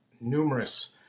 numerous